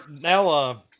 now